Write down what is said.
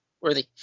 worthy